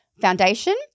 foundation